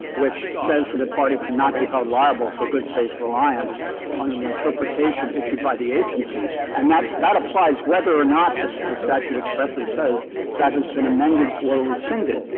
which says that a party cannot be held liable for good faith reliance on an interpretation issued by the agency, and that that applies whether or not the statute expressly says that has been amended or rescinded.